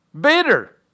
bitter